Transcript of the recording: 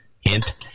hint